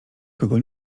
kogo